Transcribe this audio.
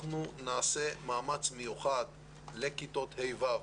אנחנו נעשה מאמץ מיוחד לכיתות ה'-ו',